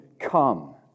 Come